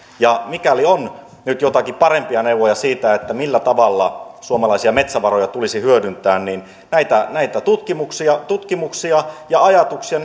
ja mikäli on nyt jotakin parempia neuvoja siitä millä tavalla suomalaisia metsävaroja tulisi hyödyntää niin näitä näitä tutkimuksia tutkimuksia ja ajatuksia